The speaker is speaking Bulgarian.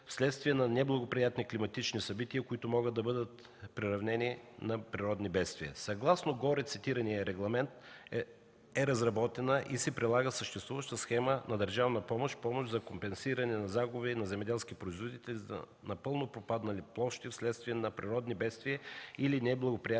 вследствие на неблагоприятни климатични събития, които могат да бъдат приравнени на природни бедствия. Съгласно горецитирания регламент е разработена и се прилага съществуваща схема за държавна помощ – помощ за компенсиране на загуби на земеделски производители за напълно пропаднали площи вследствие на природни бедствия или неблагоприятни